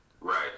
right